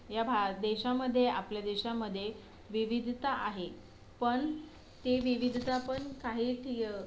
या भा देशामध्ये आपल्या देशामध्ये विविधता आहे पण ती विविधता पण काही ती य